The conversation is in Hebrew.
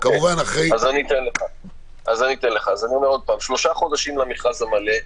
אני אומר עוד פעם, שלושה חודשים למכרז המלא.